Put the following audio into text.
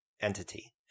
entity